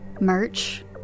merch